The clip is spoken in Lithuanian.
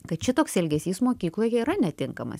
kad šitoks elgesys mokykloje yra netinkamas